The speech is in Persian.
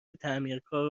تعمیرکار